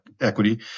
equity